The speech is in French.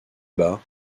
bas